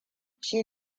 shi